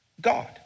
God